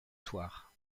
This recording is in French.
soir